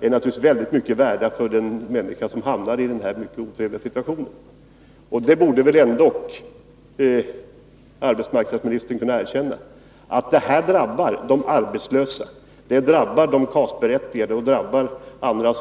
är naturligtvis mycket värdefulla för den människa som hamnar i den här otrevliga situationen. Arbetsmarknadsministern borde väl ändå kunna erkänna att detta drabbar de arbetslösa, de KAS-berättigade och andra.